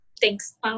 thanks